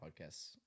podcasts